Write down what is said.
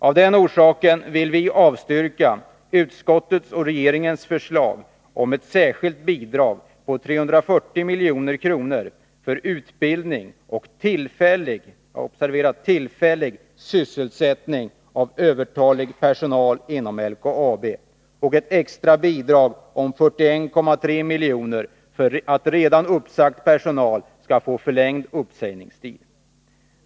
Av den orsaken vill vi avstyrka utskottets och regeringens förslag om ett särskilt bidrag på 340 milj.kr. för utbildning och tillfällig — observera tillfällig — sysselsättning av övertalig personal inom LKAB och ett extra bidrag på 41,3 milj.kr. för att redan uppsagd personal skall få förlängd uppsägningstid.